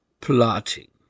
plotting